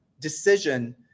decision